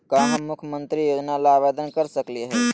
का हम मुख्यमंत्री योजना ला आवेदन कर सकली हई?